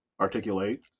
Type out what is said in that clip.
articulate